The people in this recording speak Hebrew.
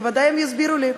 בוודאי הם יסבירו לי.